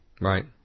Right